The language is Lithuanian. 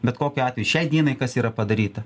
bet kokiu atveju šiai dienai kas yra padaryta